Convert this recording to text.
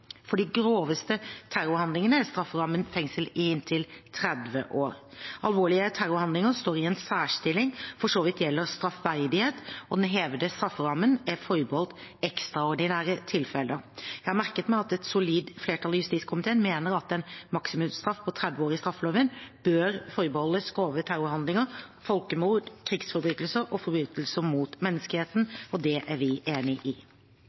For de groveste terrorhandlingene er strafferammen fengsel i inntil 30 år. Alvorlige terrorhandlinger står i en særstilling for så vidt gjelder straffverdighet, og den hevede strafferammen er forbeholdt ekstraordinære tilfeller. Jeg har merket meg at et solid flertall i justiskomiteen mener at en maksimumsstraff på 30 år i straffeloven bør forbeholdes grove terrorhandlinger og folkemord, krigsforbrytelser og forbrytelser mot menneskeheten. Det er vi enig i.